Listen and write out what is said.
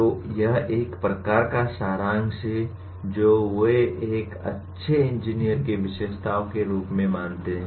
तो यह एक प्रकार का सारांश है जो वे एक अच्छे इंजीनियर की विशेषताओं के रूप में मानते हैं